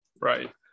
Right